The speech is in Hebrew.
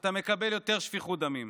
אתה מקבל יותר שפיכות דמים.